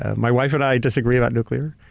ah my wife and i disagree about nuclear.